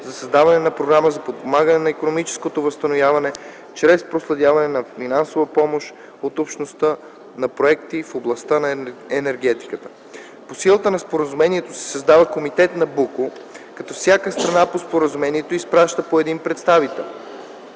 за създаване на програма за подпомагане на икономическото възстановяване чрез предоставяне на финансова помощ от Общността на проекти в областта на енергетиката. По силата на Споразумението се създава Комитет „Набуко”, като всяка страна по Споразумението изпраща по един представител: